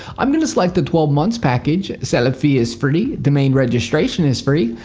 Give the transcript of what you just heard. i'm going to select the twelve months package. setup fee is free. domain registration is free.